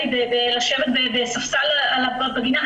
לשבת על ספסל בגינה?